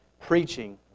preaching